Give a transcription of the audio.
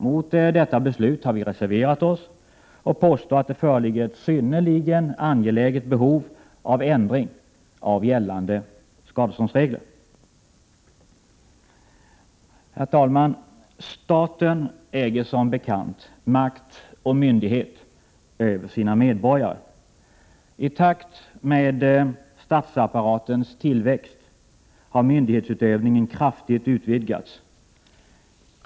Mot detta beslut har vi reserverat oss, och vi påstår att det föreligger ett synnerligen angeläget behov av en ändring av gällande skadeståndsregler. Herr talman! Staten äger som bekant makt och myndighet över sina medborgare. I takt med statsapparatens tillväxt har myndighetsutövningen kraftigt utvidgats.